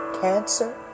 cancer